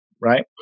right